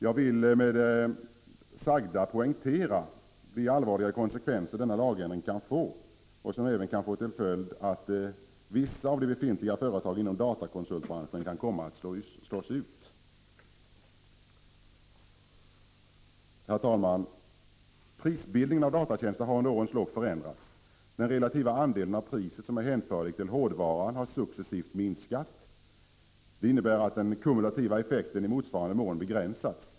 Jag vill med det sagda poängtera de allvarliga konsekvenser denna lagändring kan få. Den kan även få till följd att vissa av de befintliga företagen inom datakonsultbranschen kan komma att slås ut. Herr talman! Prisbildningen avseende datatjänster har under årens lopp förändrats. Den relativa andel av priset som är hänförlig till hårdvaran har successivt minskat. Det innebär att den kumulativa effekten i motsvarande mån begränsats.